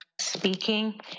speaking